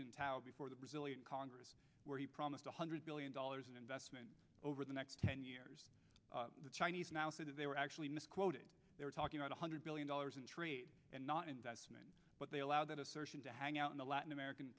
jintao before the brazilian congress where he promised one hundred billion dollars in investment over the next ten years the chinese now say that they were actually misquoted they were talking about a hundred billion dollars in trade and not investment but they allow that assertion to hang out in the latin american